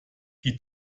die